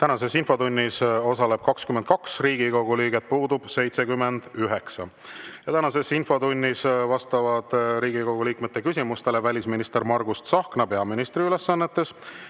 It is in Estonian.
Tänases infotunnis osaleb 22 Riigikogu liiget, puudub 79. Infotunnis vastavad Riigikogu liikmete küsimustele välisminister Margus Tsahkna peaministri ülesannetes,